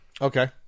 Okay